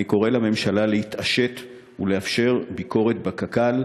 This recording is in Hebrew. אני קורא לממשלה להתעשת ולאפשר ביקורת בקק"ל,